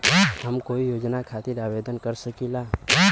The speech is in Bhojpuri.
हम कोई योजना खातिर आवेदन कर सकीला?